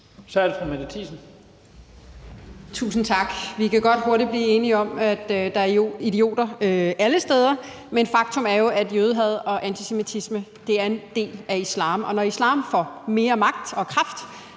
Kl. 10:49 Mette Thiesen (DF): Tusind tak. Vi kan godt hurtigt blive enige om, at der er idioter alle steder, men faktum er jo, at jødehad og antisemitisme er en del af islam. Når islam får mere magt og kraft,